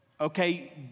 okay